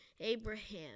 Abraham